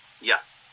Yes